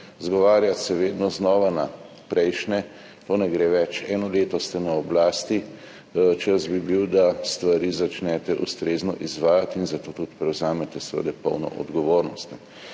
Izgovarjati se vedno znova na prejšnje, to ne gre več. Eno leto ste na oblasti, čas bi bil, da stvari začnete ustrezno izvajati in za to seveda tudi prevzamete polno odgovornost.